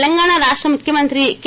తెలంగాణ రాష్ట ముఖ్యమంత్రి కె